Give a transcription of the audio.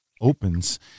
opens